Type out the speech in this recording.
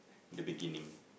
the beginning